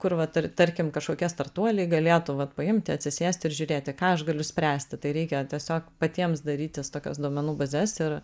kur vat tar tarkim kažkokie startuoliai galėtų vat paimti atsisėsti ir žiūrėti ką aš galiu spręsti tai reikia tiesiog patiems darytis tokias duomenų bazes ir